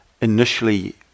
initially